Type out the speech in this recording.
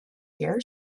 year